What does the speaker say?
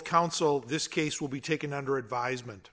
counsel this case will be taken under advisement